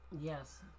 Yes